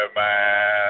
man